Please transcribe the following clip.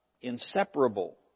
inseparable